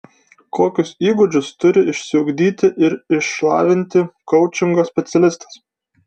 kokius įgūdžius turi išsiugdyti ir išlavinti koučingo specialistas